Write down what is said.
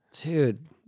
Dude